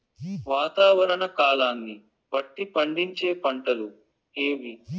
వాతావరణ కాలాన్ని బట్టి పండించే పంటలు ఏవి?